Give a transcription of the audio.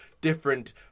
different